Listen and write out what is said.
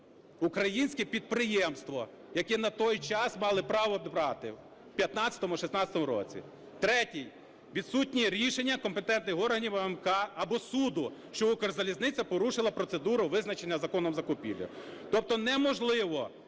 українське підприємства, яке на той час мало право брати в 2015-2016 роках. Третій: відсутні рішення компетентних органів АМК або суду, що "Укрзалізниця" порушила процедуру, визначену законом, закупівель. Тобто неможливо